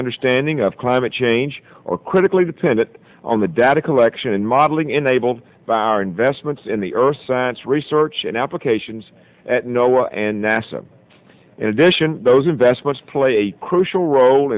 understanding of climate change or critically dependent on the data collection and modeling enabled by our investments in the earth science research and applications know and nasa in addition those investments play a crucial rol